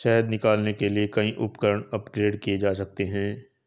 शहद निकालने के लिए कई उपकरण अपग्रेड किए जा सकते हैं